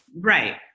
right